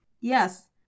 Yes